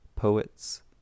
poets